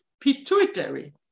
pituitary